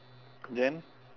then